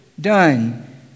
done